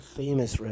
famous